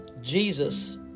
Jesus